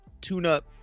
tune-up